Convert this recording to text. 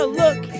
look